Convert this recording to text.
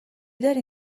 داری